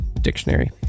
Dictionary